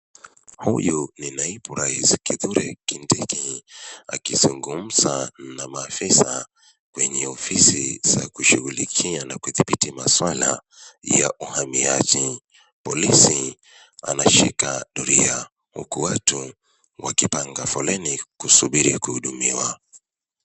Huyu ni naibu rais Kithure Kindiki akizungumza na maafisa kwenye ofisi za kushughulikia na kudhibiti masuala ya uhamiaji. Polisi anashika doria huku watu wakipanga foleni kusubiri kuhudumiwa.